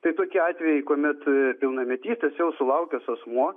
tai tokie atvejai kuomet pilnametystės jau sulaukęs asmuo